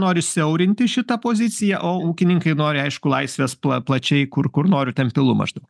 nori siaurinti šitą poziciją o ūkininkai nori aišku laisvės pla plačiai kur kur noriu ten pilu maždaug